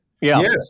Yes